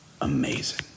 amazing